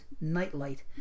Nightlight